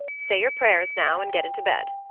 say your prayers now and get into bed.